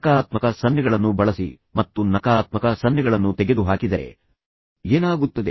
ಸಕಾರಾತ್ಮಕ ಸನ್ನೆಗಳನ್ನು ಬಳಸಿ ಮತ್ತು ನಕಾರಾತ್ಮಕ ಸನ್ನೆಗಳನ್ನು ತೆಗೆದುಹಾಕಿದರೆ ಏನಾಗುತ್ತದೆ